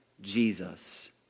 Jesus